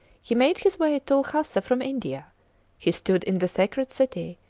he made his way to lhasa from india he stood in the sacred city,